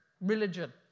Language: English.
religion